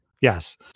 Yes